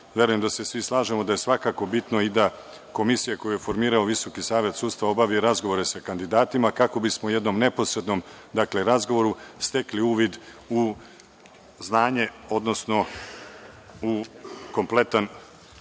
verujem da se svi slažemo da je svakako bitno i da komisija koju je formirao VSS obavi razgovore sa kandidatima, kako bismo u jednom neposrednom razgovoru stekli uvid u znanje, odnosno u kompletan